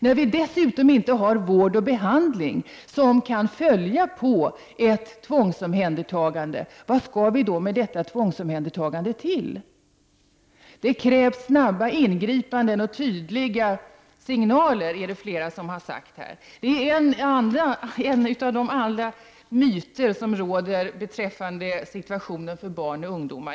När vi dessutom inte har vård och behandling som kan följa på ett tvångsomhändertagande, varför skall vi då ha detta tvångsomhändertagande? Det krävs snabba ingripan den och tydliga signaler, har flera sagt här i dag. Det är en av de myter som finns beträffande barns och ungdomars situation.